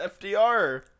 FDR